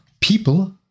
people